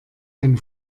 eine